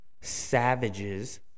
savages